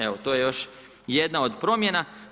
Evo to je još jedna od promjena.